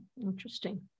Interesting